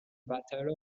battle